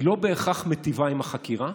היא לא בהכרח מיטיבה עם החקירה.